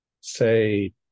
say